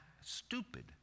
stupid